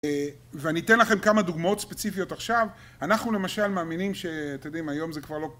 ואני אתן לכם כמה דוגמאות ספציפיות עכשיו, אנחנו למשל מאמינים ש... אתם יודעים, היום זה כבר לא...